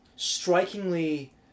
strikingly